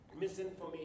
misinformation